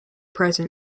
present